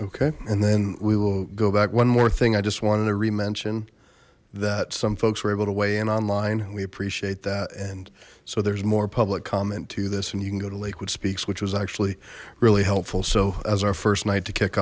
okay and then we will go back one more thing i just wanted to reman ssin that some folks were able to weigh in online and we appreciate that and so there's more public comment to this and you can go to lakewood speaks which was actually really helpful so as our first night to kick